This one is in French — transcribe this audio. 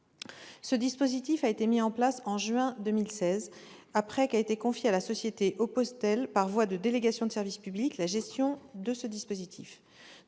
Ce dispositif a été mis en place en juin 2016, après qu'a été confiée à la société Opposetel, par voie de délégation de service public, sa gestion. Depuis